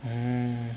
mm